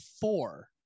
four